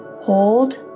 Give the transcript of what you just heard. Hold